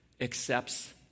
accepts